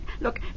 Look